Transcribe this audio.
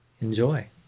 Enjoy